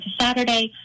Saturday